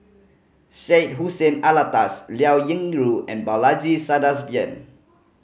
Syed Hussein Alatas Liao Yingru and Balaji Sadasivan